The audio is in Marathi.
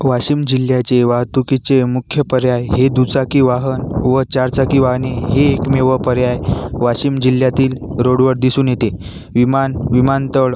वाशिम जिल्ह्याचे वाहतुकीचे मुख्य पर्याय हे दुचाकी वाहन व चारचाकी वाहने हे एकमेव पर्याय वाशिम जिल्ह्यातील रोडवर दिसून येते विमान विमानतळ